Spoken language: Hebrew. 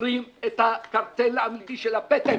מייצרים את הקרטל האמיתי של הפטם.